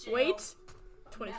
Wait